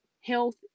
health